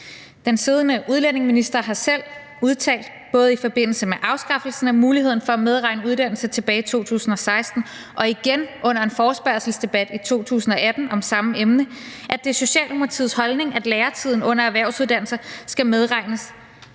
Den siddende udlændingeminister har selv udtalt – både i forbindelse med afskaffelsen af muligheden for at medregne uddannelse tilbage i 2016 og igen under en forespørgselsdebat i 2018 om samme emne – at det er Socialdemokratiets holdning, at læretiden under erhvervsuddannelser skal medregnes